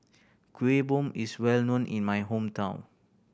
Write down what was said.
Kuih Bom is well known in my hometown